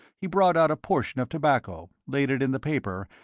he brought out a portion of tobacco, laid it in the paper,